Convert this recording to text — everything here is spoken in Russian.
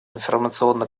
информационно